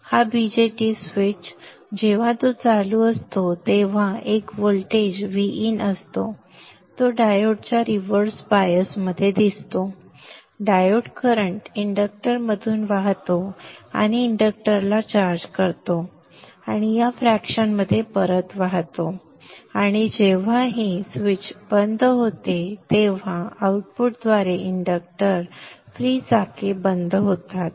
हा BJT switch जेव्हा तो चालू असतो तेव्हा एक व्होल्टेज Vin असतो जो डायोडच्या रिव्हर्स बायस मध्ये दिसतो डायोड करंट इंडक्टरमधून वाहतो आणि इंडक्टरला चार्ज करतो आणि या फ्रॅक्शन मध्ये परत वाहतो आणि जेव्हा हे स्विच बंद होते तेव्हा आउटपुटद्वारे इंडक्टर फ्री चाके बंद होतात